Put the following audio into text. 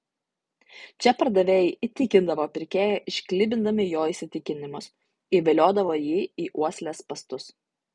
čia pardavėjai įtikindavo pirkėją išklibindami jo įsitikinimus įviliodavo jį į uoslės spąstus